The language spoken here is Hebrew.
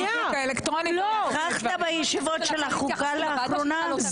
האלקטרוני ו --- נכחת בישיבות של החוקה לאחרונה?